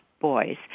boys